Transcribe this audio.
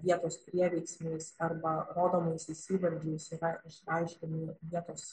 vietos prieveiksmiais arba rodomaisiais įvardžiais yra išreiškiami vietos